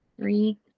three